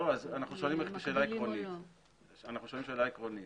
לא, אנחנו שואלים שאלה עקרונית.